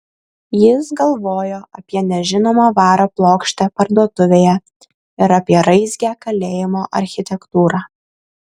jis galvojo apie nežinomą vario plokštę parduotuvėje ir apie raizgią kalėjimo architektūrą